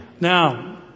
Now